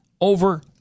Over